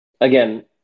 again –